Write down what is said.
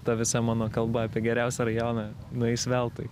ta visa mano kalba apie geriausią rajoną nueis veltui